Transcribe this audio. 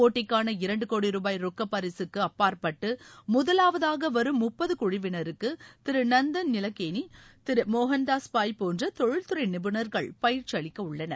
போட்டிக்கான இரண்டு கோடி ரூபாய் ரொக்கப் பரிசுக்கு அப்பாற்பட்டு முதலாவதாக வரும் முப்பது குழுவினருக்கு திரு நந்தன் நிலக்கேனி திரு மோகன்தாஸ் பாய் போன்ற தொழில்துறை நிபுணர்கள் பயிற்சி அளிக்க உள்ளனர்